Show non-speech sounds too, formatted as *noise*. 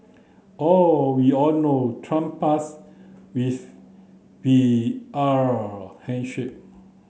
oh we all know Trump past with *unintelligible* handshake